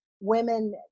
Women